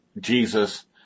jesus